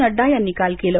नड्डा यांनी काल केलं